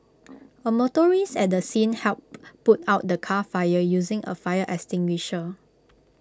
A motorist at the scene helped put out the car fire using A fire extinguisher